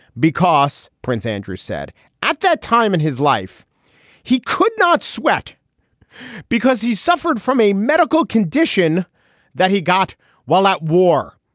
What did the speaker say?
because prince andrew said at that time in his life he could not sweat because he suffered from a medical condition that he got while at war.